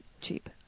cheap